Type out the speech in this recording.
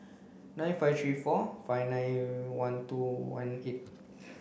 nine five three four five nine one two one eight